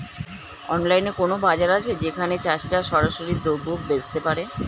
অনলাইনে কোনো বাজার আছে যেখানে চাষিরা সরাসরি দ্রব্য বেচতে পারে?